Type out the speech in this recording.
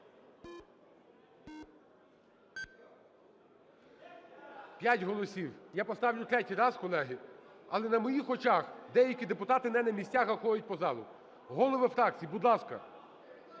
П'ять голосів. Я поставлю третій раз, колеги. Але на моїх очах деякі депутати не на місцях, а ходять по залу. Голови фракцій, будь ласка,